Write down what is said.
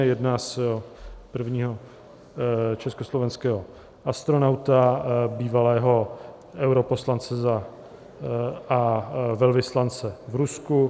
Jedná se o prvního československého astronauta, bývalého europoslance a velvyslance v Rusku.